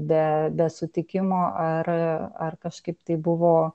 be be sutikimo ar ar kažkaip tai buvo